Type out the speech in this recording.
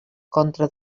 contra